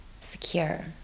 secure